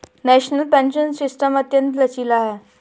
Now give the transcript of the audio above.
national pension system अत्यंत लचीला है